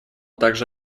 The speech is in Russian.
также